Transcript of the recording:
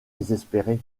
désespéré